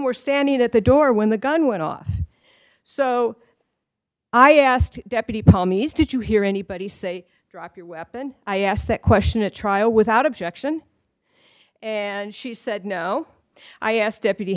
were standing at the door when the gun went off so i asked deputy paul mees did you hear anybody say drop your weapon i asked that question a trial without objection and she said no i asked deputy